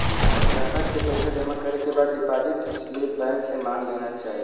ग्राहक के पइसा जमा करे के बाद डिपाजिट स्लिप बैंक से मांग लेना चाही